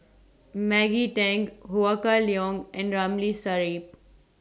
Maggie Teng Ho Kah Leong and Ramli Sarip